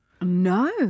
No